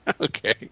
Okay